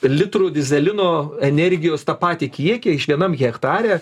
litrų dyzelino energijos tą patį kiekį iš vienam hektare